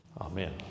amen